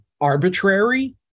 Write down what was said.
arbitrary